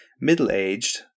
middle-aged